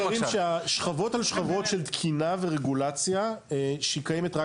שכבות על שכבות של תקינה ורגולציה שהיא קיימת רק